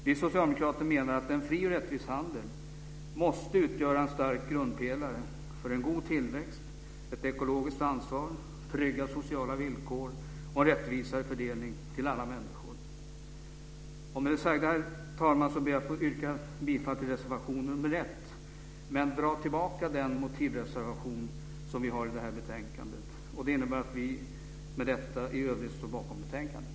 Vi socialdemokrater menar att en fri och rättvis handel måste utgöra en stark grundpelare för en god tillväxt, ett ekologiskt ansvar, trygga sociala villkor och en rättvisare fördelning till alla människor. Med det sagda, herr talman, ber jag att få yrka bifall till reservation 1 men dra tillbaka den motivreservation som vi har i det här betänkandet. Det innebär att vi med detta i övrigt står bakom betänkandet.